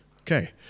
Okay